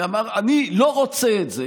אני לא רוצה את זה.